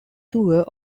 tour